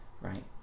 right